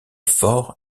fort